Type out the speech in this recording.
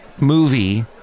movie